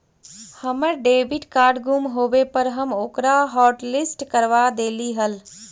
हमर debit card गुम होवे पर हम ओकरा हॉटलिस्ट करवा देली हल